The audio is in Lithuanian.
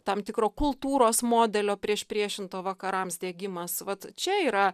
tam tikro kultūros modelio priešpriešinto vakarams diegimas vat čia yra